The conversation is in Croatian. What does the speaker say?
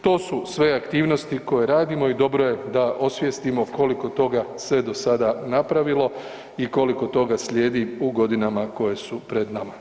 To su sve aktivnosti koje radimo i dobro je da osvijestimo koliko toga se do sada napravilo i koliko toga slijedi u godinama koje su pred nama.